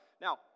Now